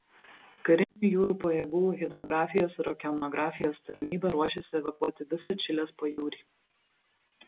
karinių jūrų pajėgų hidrografijos ir okeanografijos tarnyba ruošiasi evakuoti visą čilės pajūrį